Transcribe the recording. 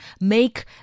make